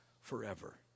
forever